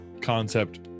concept